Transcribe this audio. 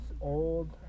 old